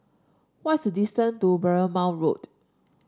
what's the distance to Bournemouth Road